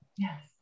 Yes